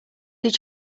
did